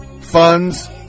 funds